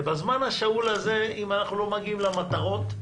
ובזמן השאול הזה, אם אנחנו לא מגיעים למטרות,